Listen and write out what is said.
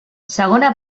segona